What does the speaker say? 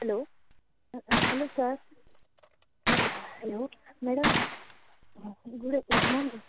hello hello sir hello madam good afternoon ma'am